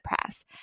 press